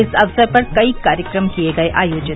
इस अवसर पर कई कार्यक्रम किए गये आयोजित